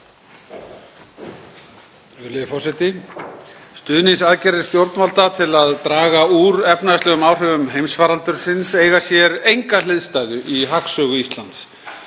forseti. Stuðningsaðgerðir stjórnvalda til að draga úr efnahagslegum áhrifum heimsfaraldursins eiga sér enga hliðstæðu í hagsögu Íslands.